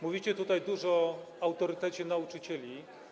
Mówicie tutaj dużo o autorytecie nauczycieli.